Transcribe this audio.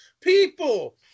People